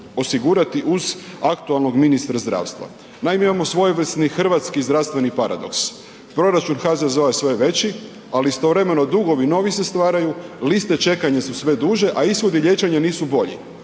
osigurati uz aktualnog ministra zdravstva. Naime, imamo svojevrsni hrvatski zdravstveni paradoks, proračun HZZO-a je sve veći, ali istovremeno dugovi novi se stvaraju, liste čekanja su sve duže, a ishodi liječenja nisu bolji,